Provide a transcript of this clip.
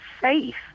safe